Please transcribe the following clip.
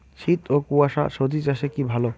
শীত ও কুয়াশা স্বজি চাষে কি ভালো?